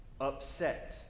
upset